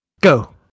go